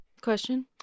Question